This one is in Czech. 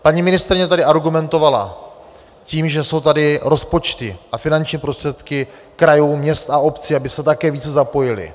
Paní ministryně tady argumentovala tím, že jsou tady rozpočty a finanční prostředky krajů, měst a obcí, aby se také více zapojily.